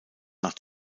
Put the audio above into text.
nach